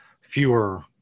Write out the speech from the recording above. fewer